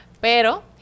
pero